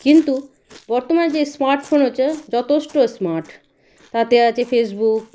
কিন্তু বর্তমানে যে স্মার্টফোন হয়েছে যথেষ্ট স্মার্ট তাতে আছে ফেসবুক